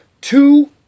two